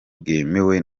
bwemewe